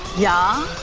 ya?